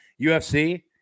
UFC